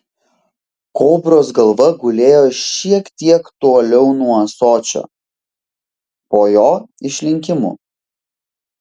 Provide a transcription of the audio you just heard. kobros galva gulėjo šiek tiek toliau nuo ąsočio po jo išlinkimu